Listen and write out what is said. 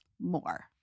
more